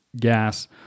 gas